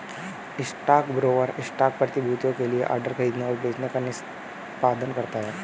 stockbroker stock प्रतिभूतियों के लिए ऑर्डर खरीदने और बेचने का निष्पादन करता है